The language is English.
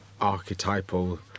archetypal